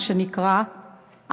מה שנקרא,